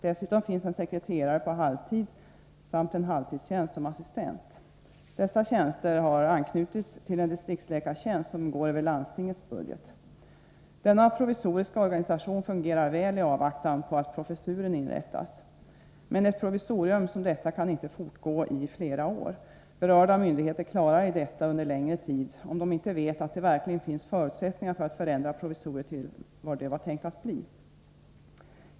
Dessutom finns en sekreterare på halvtid samt en halvtidstjänst som assistent. Dessa tjänster har anknutits till en distriktsläkartjänst som går över landstingets budget. Den här provisoriska organisationen fungerar väl i avvaktan på att professuren inrättas. Men ett provisorium som detta kan inte fortgå under flera år — berörda myndigheter klarar ej det under längre tid, om de inte vet att det verkligen finns förutsättningar för att förändra provisoriet till vad det var tänkt att bli.